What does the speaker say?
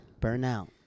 Burnout